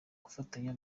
gufatanya